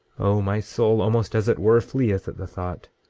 oh, my soul, almost as it were, fleeth at the thought.